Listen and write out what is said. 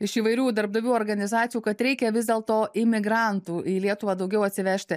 iš įvairių darbdavių organizacijų kad reikia vis dėlto imigrantų į lietuvą daugiau atsivežti